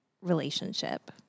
relationship